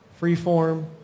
Freeform